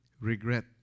regret